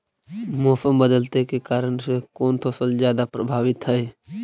मोसम बदलते के कारन से कोन फसल ज्यादा प्रभाबीत हय?